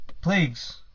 plagues